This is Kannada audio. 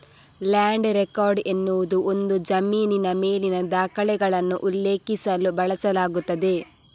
ಲ್ಯಾಂಡ್ ರೆಕಾರ್ಡ್ ಎನ್ನುವುದು ಒಂದು ಜಮೀನಿನ ಮೇಲಿನ ದಾಖಲೆಗಳನ್ನು ಉಲ್ಲೇಖಿಸಲು ಬಳಸಲಾಗುತ್ತದೆ